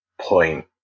point